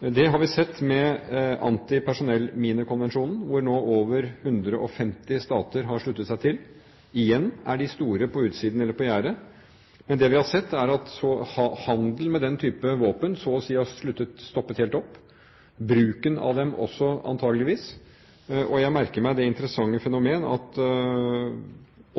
Det har vi sett med antipersonllminekonvensjonen, som nå over 150 stater har sluttet seg til. Igjen er de store på utsiden eller på gjerdet, men det vi har sett, er at handel med den type våpen så å si har stoppet helt opp – bruken av dem også, antageligvis. Og jeg merker meg det interessante fenomen at